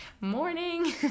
morning